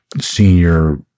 senior